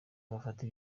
bafata